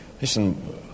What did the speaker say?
Listen